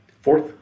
Fourth